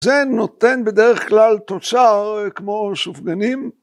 זה נותן בדרך כלל תוצר כמו סופגנים.